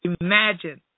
Imagine